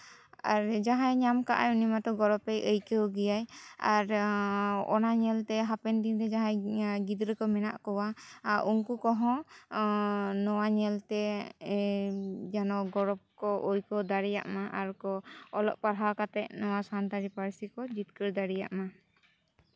ᱟᱨ ᱡᱟᱦᱟᱸᱭ ᱧᱟᱢ ᱠᱟᱜᱼᱟᱭ ᱩᱱᱤ ᱢᱟᱛᱚ ᱜᱚᱨᱚᱵᱮ ᱟᱹᱭᱠᱟᱹᱣ ᱜᱮᱭᱟ ᱟᱨ ᱚᱱᱟ ᱧᱞᱛᱮ ᱦᱟᱯᱮᱱ ᱫᱤᱱᱨᱮ ᱡᱟᱸᱦᱟᱭ ᱜᱤᱫᱽᱨᱟᱹ ᱠᱚ ᱢᱮᱱᱟᱜ ᱠᱚᱣᱟ ᱩᱱᱠᱩ ᱠᱚᱸᱦᱚ ᱱᱚᱣᱟ ᱧᱮᱞᱛᱮ ᱡᱮᱱᱚ ᱜᱚᱨᱚᱵ ᱠᱚ ᱟᱹᱭᱠᱟᱹᱣ ᱫᱟᱲᱮᱭᱟᱜ ᱢᱟ ᱟᱨ ᱠᱚ ᱚᱞᱚᱜ ᱯᱟᱲᱦᱟᱣ ᱠᱟᱛᱮ ᱱᱚᱣᱟ ᱥᱟᱱᱛᱟᱲᱤ ᱯᱟᱹᱨᱥᱤ ᱠᱚ ᱡᱤᱛᱠᱟᱹᱨ ᱫᱟᱲᱮᱭᱟᱜ ᱢᱟ